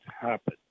happen